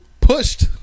pushed